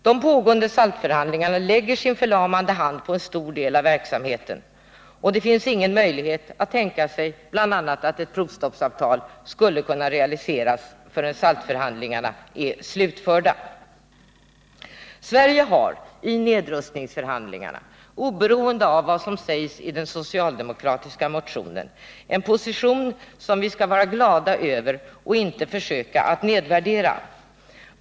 De pågående SALT-förhandlingarna lägger sin förlamande hand över en stor del av verksamheten, och det finns ingen möjlighet att tänka sig att ett provstoppsavtal skulle kunna realiseras förrän SALT-förhandlingarna är slutförda. Sverige har i nedrustningsförhandlingarna, oberoende av vad som sägs i den socialdemokratiska motionen en position som vi skall vara glada över och inte försöka att nedvärdera.